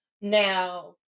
now